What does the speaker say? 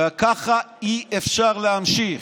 וככה אי-אפשר להמשיך,